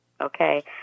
okay